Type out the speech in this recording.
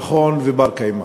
נכון ובר-קיימא.